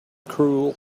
cruel